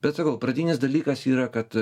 bet sakau pradinis dalykas yra kad